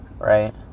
right